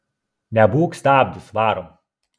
nebūk stabdis varom